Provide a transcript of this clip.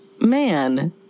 man